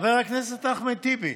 חבר הכנסת אחמד טיבי,